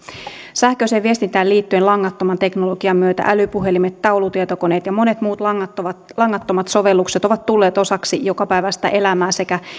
sähköiseen viestintään liittyen langattoman teknologian myötä älypuhelimet taulutietokoneet ja monet muut langattomat langattomat sovellukset ovat tulleet osaksi jokapäiväistä elämää sekä